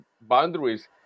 boundaries